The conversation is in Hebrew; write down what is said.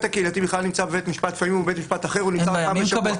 הקהילתי - לפעמים נמצא בבית משפט אחר - הוא נמצא פעם בשבוע.